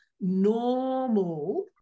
normal